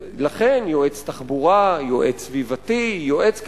לכן, יועץ תחבורה, יועץ סביבתי, יועץ כלכלי,